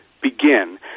begin